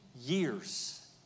years